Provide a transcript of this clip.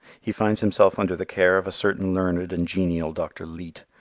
he finds himself under the care of a certain learned and genial dr. leete,